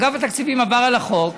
אגף תקציבים עבר על החוק,